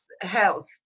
health